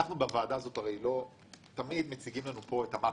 בוועדה הזאת תמיד מציגים לנו פה את המקרו,